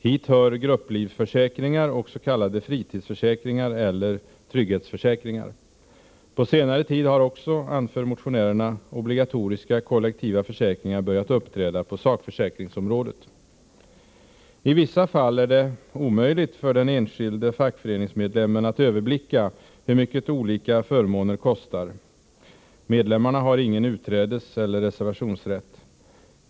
Hit hör grupplivförsäkringar och s.k. fritidsförsäkringar eller trygghetsförsäkringar. På senare tid har också, anför motionärerna, obligatoriska, kollektiva försäkringar börjat uppträda på sakförsäkringsområdet. I vissa fall är det omöjligt för den enskilde fackföreningsmedlemmen att överblicka hur mycket olika förmåner kostar. Medlemmarna har ingen utträdeseller reservationsrätt.